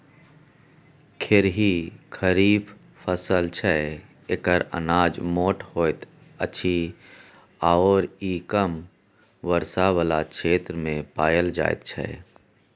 खेरही खरीफ फसल छै एकर अनाज मोट होइत अछि आओर ई कम वर्षा बला क्षेत्रमे पाएल जाइत छै